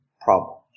problems